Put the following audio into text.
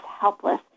helpless